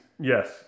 yes